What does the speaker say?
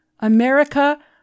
America